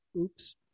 Oops